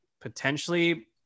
potentially